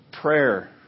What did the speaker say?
prayer